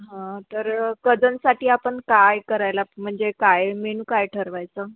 हं तर कजन्ससाठी आपण काय करायला म्हणजे काय मेनू काय ठरवायचं